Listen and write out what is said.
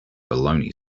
baloney